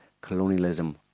colonialism